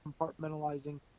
compartmentalizing